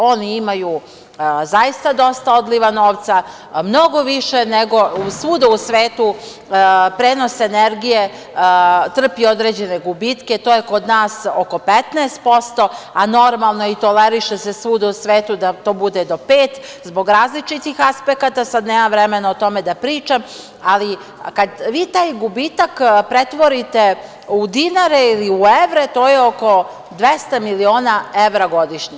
Oni imaju zaista dosta odliva novca, mnogo više nego svuda u svetu, prenos energije trpi određene gubitke, to je kod nas oko 15%, a normalno je i toleriše se svuda u svetu da to bude 5%, zbog različitih aspekata, sad nemam vremena o tome da pričam, ali kad vi taj gubitak pretvorite u dinare ili u evre to je oko 200 miliona evra godišnje.